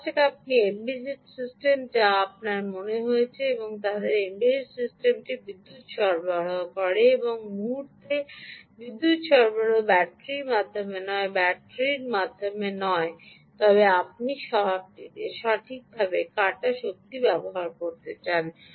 ধরা যাক আপনি এম্বেডড সিস্টেম যা আপনার মনে রয়েছে এবং আপনি তাদের এমবেডেড সিস্টেমটি বিদ্যুত সরবরাহ সরবরাহ করে এবং এই মুহুর্তে বিদ্যুৎ সরবরাহ ব্যাটারির মাধ্যমে নয় ব্যাটারির মাধ্যমে নয় তবে আপনি সঠিকভাবে কাটা শক্তি ব্যবহার করতে চান